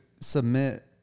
Submit